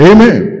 Amen